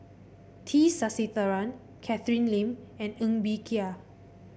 T Sasitharan Catherine Lim and Ng Bee Kia